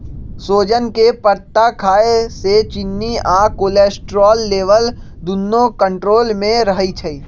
सोजन के पत्ता खाए से चिन्नी आ कोलेस्ट्रोल लेवल दुन्नो कन्ट्रोल मे रहई छई